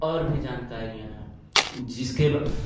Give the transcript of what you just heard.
और भी जानकारियाँ हैं जिसके